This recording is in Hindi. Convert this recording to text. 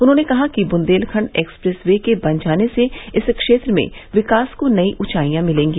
उन्होंने कहा कि बुन्देलखंड एक्सप्रेस वे के बन जाने से इस क्षेत्र में विकास को नई ऊँचाईया मिलेंगी